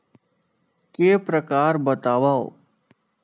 के प्रकार बतावव?